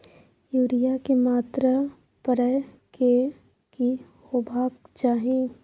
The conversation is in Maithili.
यूरिया के मात्रा परै के की होबाक चाही?